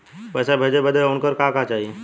पैसा भेजे बदे उनकर का का चाही?